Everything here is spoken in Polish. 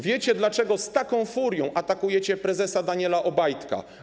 Wiecie, dlaczego z taką furią atakujecie prezesa Daniela Obajtka.